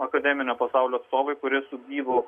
akademinio pasaulio atstovai kurie su gyvu